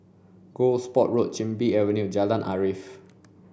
Gosport Road Chin Bee Avenue and Jalan Arif